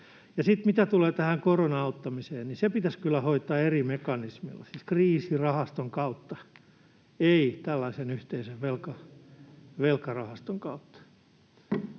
mitä tulee tähän korona-auttamiseen, niin se pitäisi kyllä hoitaa eri mekanismeilla, siis kriisirahaston kautta, ei tällaisen yhteisen velkarahaston kautta.